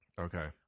Okay